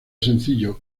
sencillo